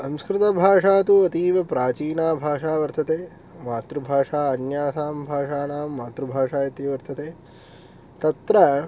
संस्कृतभाषा तु अतीवप्राचीना भाषा वर्तते मातृभाषा अन्यासां भाषाणां मातृभाषा इति वर्तते तत्र